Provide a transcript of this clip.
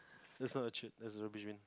that's not a cheat there's a revision